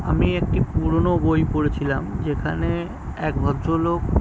আমি একটি পুরোনো বই পড়েছিলাম যেখানে এক ভদ্রলোক